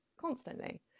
constantly